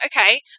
okay